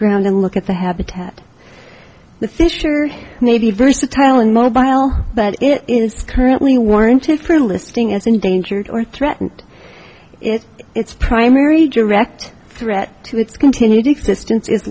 ground and look at the habitat the fisher may be versatile immobile but it is currently warranted for listing as endangered or threatened it its primary direct threat to its continued existence is